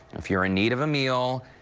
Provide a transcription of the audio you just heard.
if you are in need of a meal,